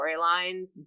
storylines